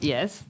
Yes